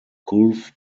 gulf